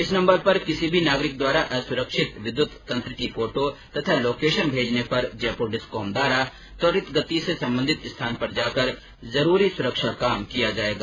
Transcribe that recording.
इस नंबर पर किसी भी नागरिक द्वारा असुरक्षित विद्युत तंत्र की फोटो तथा लोकेशन भेजने पर जयपुर डिस्कॉम द्वारा त्वरित गति से सम्बन्धित स्थान पर जाकर जरुरी सुरक्षा कार्य किया जाएगा